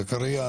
זכריא,